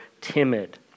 timid